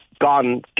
gone